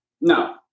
No